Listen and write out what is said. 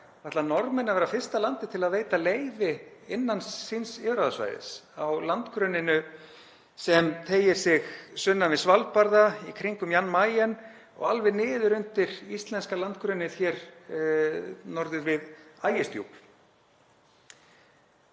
ætlar Noregur að vera fyrsta landið til að veita leyfi innan síns yfirráðasvæðis á landgrunninu sem teygir sig sunnan við Svalbarða, í kringum Jan Mayen og alveg niður undir íslenska landgrunnið hér norður við Ægisdjúp.